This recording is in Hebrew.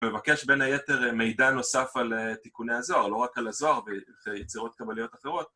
ומבקש בין היתר מידע נוסף על תיקוני הזוהר, לא רק על הזוהר ויצירות קבליות אחרות